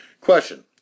Question